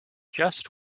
just